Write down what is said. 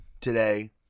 today